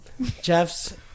Jeff's